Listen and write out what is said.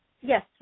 Yes